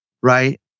right